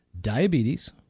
diabetes